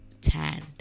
tanned